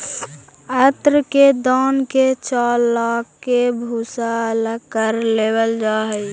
अन्न के दान के चालके भूसा अलग कर लेवल जा हइ